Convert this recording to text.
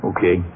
Okay